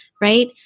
right